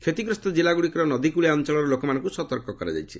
କ୍ଷତିଗ୍ରସ୍ତ ଜିଲ୍ଲାଗୁଡ଼ିର ନଦୀକୁଳିଆ ଅଞ୍ଚଳର ଲୋକମାନଙ୍କୁ ସତର୍କ କରାଯାଇଛି